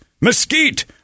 mesquite